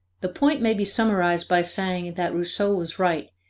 the point may be summarized by saying that rousseau was right,